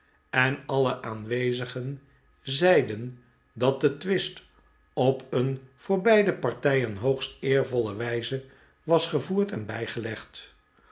en alle aanwezigen zeiden dat de twist op een voor beide partijen hoogst eervolle wijze was gevoerd en bijgelegd